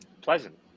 pleasant